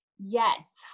Yes